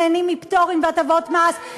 שנהנים מפטורים והטבות מס,